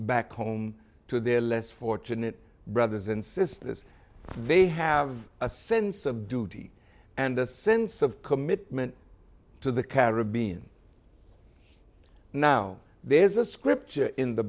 back home to their less fortunate brothers and sisters they have a sense of duty and a sense of commitment to the caribbean now there's a scripture in the